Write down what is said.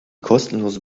kostenlose